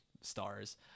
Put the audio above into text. stars